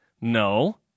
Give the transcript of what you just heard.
No